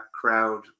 crowd